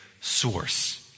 source